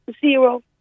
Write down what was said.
zero